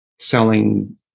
selling